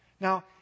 Now